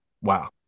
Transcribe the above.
Wow